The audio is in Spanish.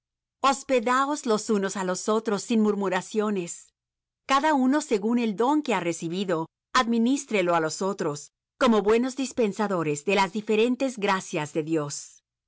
hospedaos los unos á los otros sin murmuraciones cada uno según el don que ha recibido adminístrelo á los otros como buenos dispensadores de las diferentes gracias de dios